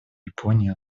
японии